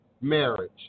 marriage